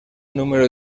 número